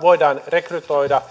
voidaan rekrytoida